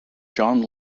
john